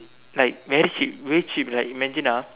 like very cheap way cheap like imagine ah